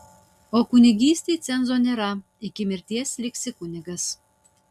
o kunigystei cenzo nėra iki mirties liksi kunigas